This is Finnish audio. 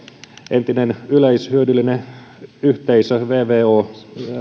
entinen yleishyödyllinen yhteisö vvo